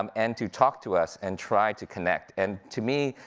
um and to talk to us, and try to connect. and to me,